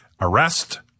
arrest